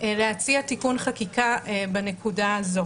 להציע תיקון חקיקה בנקודה הזאת.